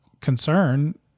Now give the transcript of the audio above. concern